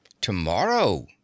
Tomorrow